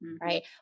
right